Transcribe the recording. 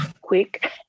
quick